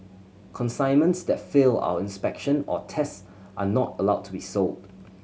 consignments that fail our inspection or tests are not allowed to be sold